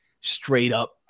straight-up